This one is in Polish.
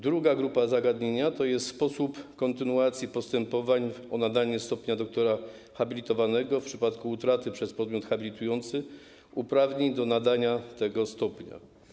Druga grupa zagadnień dotyczy sposobu kontynuacji postępowań o nadanie stopnia doktora habilitowanego w przypadku utraty przez podmiot habilitujący uprawnień do nadania tego stopnia.